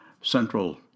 central